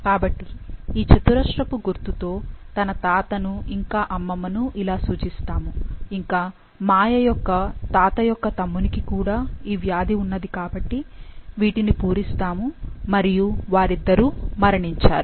కాబట్టి ఈ చతురస్రపు గుర్తుతో తన తాతను ఇంకా అమ్మమ్మను ఇలా సూచిస్తాము ఇంకా మాయ యొక్క తాత యొక్క తమ్మునికి కూడా ఈవ్యాధి ఉన్నది కాబట్టి వీటిని పూరిస్తాము మరియు వారిద్దరూ మరణించారు